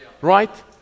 Right